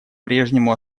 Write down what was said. прежнему